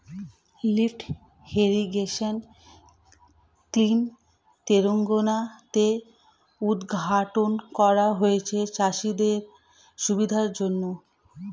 lift irrigation scheme Telangana তে উদ্ঘাটন করা হয়েছে চাষিদের সুবিধার জন্যে